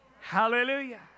Hallelujah